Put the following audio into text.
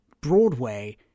Broadway